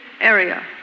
area